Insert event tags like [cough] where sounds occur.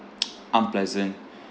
[noise] unpleasant